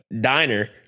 diner